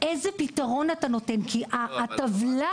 איזה פתרון אתה נותן, כי הטבלה